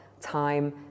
time